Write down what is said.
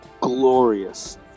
glorious